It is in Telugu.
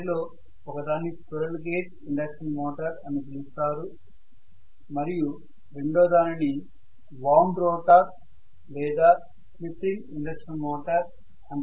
వాటిలో ఒకదాన్ని స్క్విరెల్ కేజ్ ఇండక్షన్ మోటర్ అని పిలుస్తారు మరియు రెండో దానిని వౌండ్ రోటర్ లేదా స్లిప్ రింగ్ ఇండక్షన్ మోటర్ అంటారు